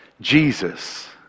Jesus